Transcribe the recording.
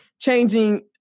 changing